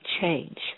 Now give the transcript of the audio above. change